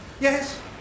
Yes